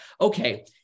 okay